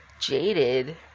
jaded